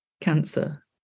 cancer